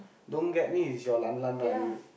don't get me is your lan lan lah you